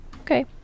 Okay